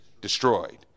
destroyed